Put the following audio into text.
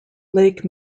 lake